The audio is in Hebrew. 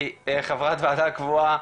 היא חברת ועדה קבועה,